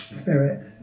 spirit